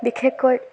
বিশেষকৈ